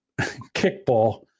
Kickball